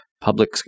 public